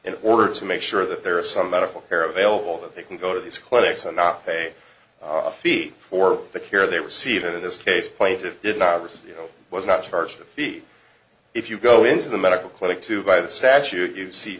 in order to make sure that there are some medical care available that they can go to these clinics and not pay a fee for the care they receive in this case plaintive did not receive you know was not charged a fee if you go into the medical clinic to buy the statute you see